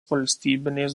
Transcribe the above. valstybinės